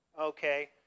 okay